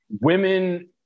women